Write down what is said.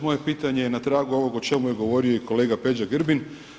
Moje pitanje je na tragu ovoga o čemu je govorio i kolega Peđa Grbin.